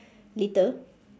later